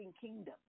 kingdom